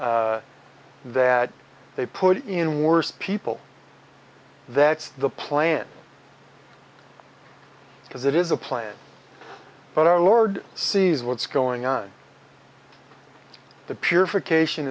that they put in worst people that's the plan because it is a plan but our lord sees what's going on the purification